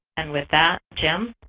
and with that, jim.